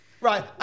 Right